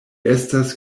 estas